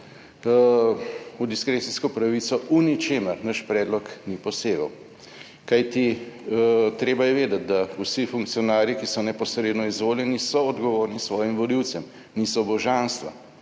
V diskrecijsko pravico v ničemer naš predlog ni posegel, kajti treba je vedeti, da vsi funkcionarji, ki so neposredno izvoljeni so odgovorni svojim volivcem, niso božanstva.